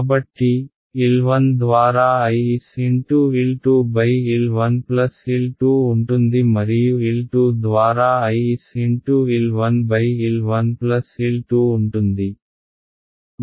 కాబట్టి L 1 ద్వారా I s × L 2 L 1 L 2 ఉంటుంది మరియు L 2 ద్వారా I s × L 1 L 1 L 2 ఉంటుంది